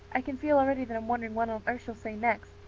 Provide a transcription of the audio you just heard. i can feel already that i'm wondering what on earth she'll say next.